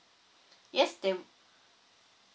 yes they'll